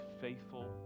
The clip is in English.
faithful